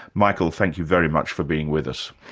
michael, thank you very much for being with us.